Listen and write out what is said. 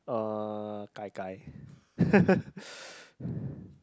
uh gai gai